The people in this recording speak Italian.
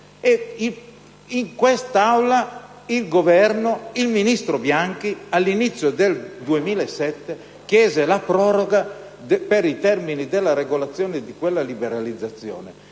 in quest'Aula il Governo, nella persona del ministro Bianchi, all'inizio del 2007, chiese la proroga per i termini della regolazione di quella liberalizzazione